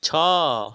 ଛଅ